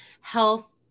health